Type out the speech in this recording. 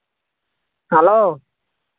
hello